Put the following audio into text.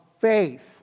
faith